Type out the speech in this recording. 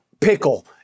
pickle